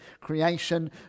creation